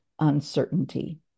uncertainty